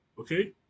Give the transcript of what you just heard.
okay